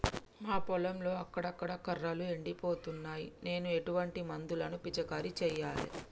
మా పొలంలో అక్కడక్కడ కర్రలు ఎండిపోతున్నాయి నేను ఎటువంటి మందులను పిచికారీ చెయ్యాలే?